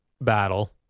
battle